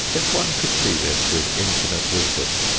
if one could see this with infinite wisdom,